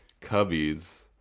Cubbies